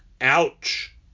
Ouch